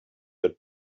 your